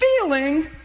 feeling